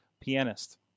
pianist